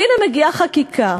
והנה, מגיעה חקיקה